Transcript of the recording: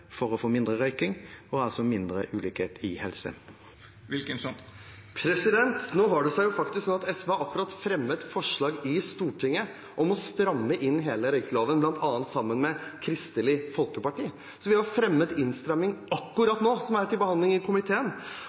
for å få mindre røyking – og altså mindre ulikhet i helse? Nå har det seg faktisk slik at SV akkurat har fremmet et forslag i Stortinget om å stramme inn hele røykeloven, bl.a. sammen med Kristelig Folkeparti. Vi har fremmet forslag om innstramming akkurat nå, som er til behandling i komiteen.